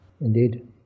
Indeed